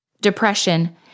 Depression